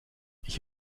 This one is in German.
ich